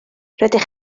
rydych